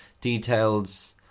details